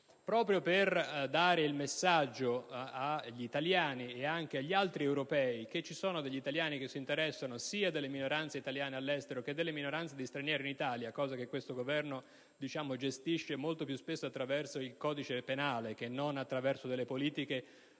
proprio per dare il messaggio agli italiani e anche agli altri europei che ci sono degli italiani che si interessano sia delle minoranze italiane all'estero che delle minoranze straniere in Italia (cosa che questo Governo gestisce molto spesso attraverso il codice penale piuttosto che con politiche sociali